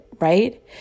right